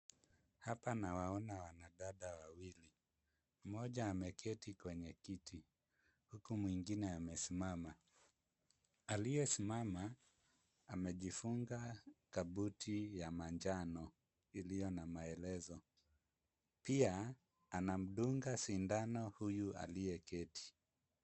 Hapa nawaona wanadada wawili. Mmoja ameketi kwenye kiti huku mwingine amesimama. Aliyesimama, amejifunga kabuti ya manjano iliyo na maelezo. Pia, anamdunga sindano huyu aliyeketi.